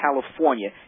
California